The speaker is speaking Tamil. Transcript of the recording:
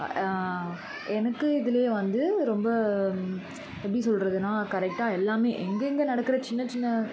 எனக்கு இதிலையே வந்து ரொம்ப எப்படி சொல்கிறதுனா கரெக்டாக எல்லாமே எங்கெங்க நடக்கிற சின்ன சின்ன